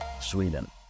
Sweden